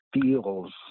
feels